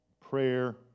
prayer